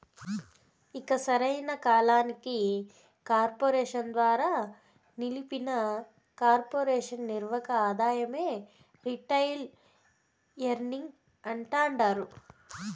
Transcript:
ఇక సరైన కాలానికి కార్పెరేషన్ ద్వారా నిలిపిన కొర్పెరేషన్ నిర్వక ఆదాయమే రిటైల్ ఎర్నింగ్స్ అంటాండారు